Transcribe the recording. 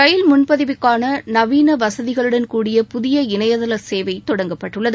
ரயில் முன்பதிவுக்கான நவீன வசதிகளுடன் கூடிய புதிய இணைதள சேவை தொடங்கப்பட்டுள்ளது